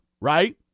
Right